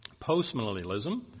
Postmillennialism